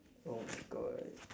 oh my god